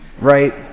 right